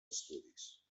estudis